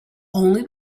only